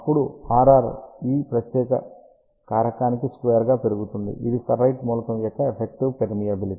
అప్పుడు Rr ఈ ప్రత్యేక కారకానికి స్క్వేర్ గా పెరుగుతుంది ఇది ఫెర్రైట్ మూలకం యొక్క ఎఫెక్టివ్ పెర్మియబిలిటీ